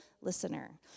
listener